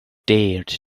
dared